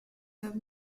have